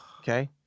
Okay